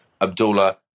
Abdullah